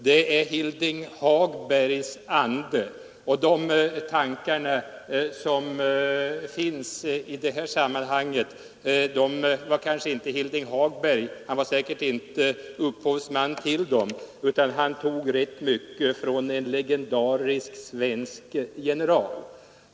Det är Hilding Hagbergs ande. De tankar som finns kvar i det här sammanhanget var kanske Hilding Hagberg inte upphovsman till, han tog rätt mycket intryck av en legendarisk svensk general.